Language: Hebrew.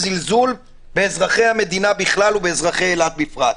זלזול באזרחי המדינה בכלל ובאזרחי אילת בפרט.